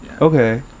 Okay